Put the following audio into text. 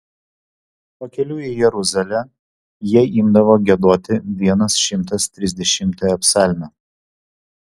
pakeliui į jeruzalę jie imdavo giedoti vienas šimtas trisdešimtąją psalmę